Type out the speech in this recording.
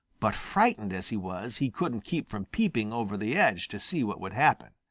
but frightened as he was, he couldn't keep from peeping over the edge to see what would happen.